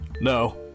No